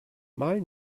mal